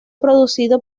producido